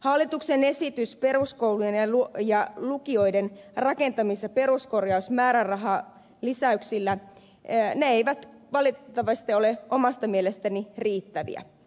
hallituksen esityksen mukaiset peruskoulujen ja lukioiden rakentamis ja peruskorjausmäärärahalisäykset eivät valitettavasti ole omasta mielestäni riittäviä